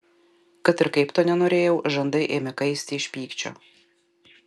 kad ir kaip to nenorėjau žandai ėmė kaisti iš pykčio